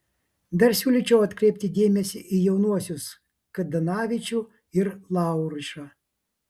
dar siūlyčiau atkreipti dėmesį į jaunuosius kdanavičių ir laurišą